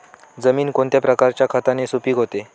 जमीन कोणत्या प्रकारच्या खताने सुपिक होते?